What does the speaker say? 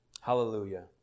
Hallelujah